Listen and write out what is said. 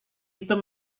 itu